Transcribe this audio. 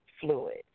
fluid